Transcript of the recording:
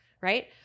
Right